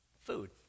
food